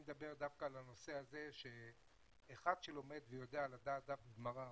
אני מדבר דווקא על הנושא הזה שאחד שלומד ויודע לדעת דף גמרא,